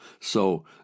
So